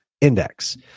index